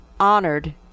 Honored